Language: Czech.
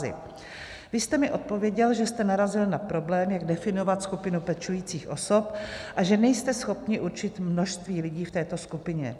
Vy jste mi odpověděl, že jste narazil na problém, jak definovat skupinu pečujících osob, a že nejste schopni určit množství lidí v této skupině.